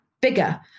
bigger